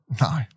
No